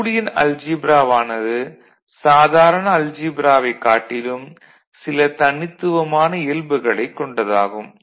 Boolean அல்ஜீப்ராவானது சாதாரண அல்ஜீப்ராவைக் காட்டிலும் சில தனித்துவமான இயல்புகளைக் கொண்டது ஆகும்